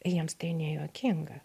jiems tai nejuokinga